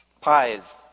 pies